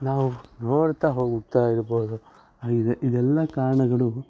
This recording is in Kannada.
ನಾವು ನೋಡ್ತಾ ಹೋಗುತ್ತಾ ಇರ್ಬೋದು ಆ ಇದೆ ಇದೆಲ್ಲ ಕಾರಣಗಳು